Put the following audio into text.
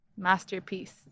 masterpiece